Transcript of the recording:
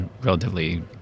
relatively